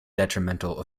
detrimental